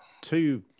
Two